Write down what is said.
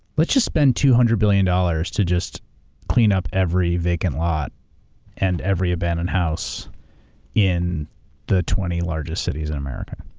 let's just spend two hundred billion dollars to just clean up every vacant lot and every abandoned house in the twenty largest cities in america.